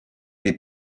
des